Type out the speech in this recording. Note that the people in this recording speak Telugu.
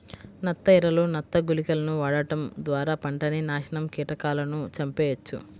నత్త ఎరలు, నత్త గుళికలను వాడటం ద్వారా పంటని నాశనం కీటకాలను చంపెయ్యొచ్చు